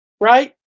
right